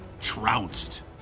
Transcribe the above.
trounced